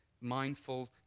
mindful